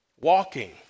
Walking